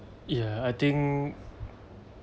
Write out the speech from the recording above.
ya I think